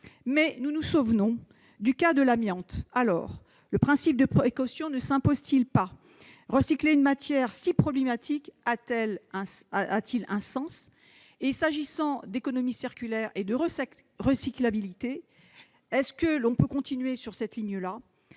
nous nous souvenons de l'amiante : alors, le principe de précaution ne s'impose-t-il pas ? Recycler une matière si problématique a-t-il un sens ? S'agissant d'économie circulaire et de recyclabilité, peut-on continuer sur cette ligne-là ?